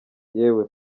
yewe